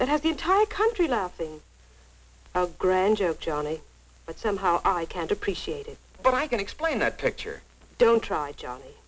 that has the entire country laughing granger johnny but somehow i can't appreciate it but i can explain that picture don't try johnny